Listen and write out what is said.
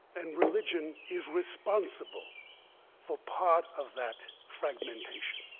and religion is responsible for part of that fragmentation,